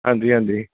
ਹਾਂਜੀ ਹਾਂਜੀ